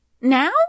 Now